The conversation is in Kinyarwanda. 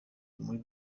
muri